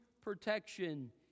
protection